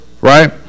Right